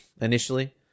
initially